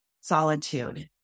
solitude